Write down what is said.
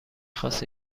خواست